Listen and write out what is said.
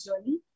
journey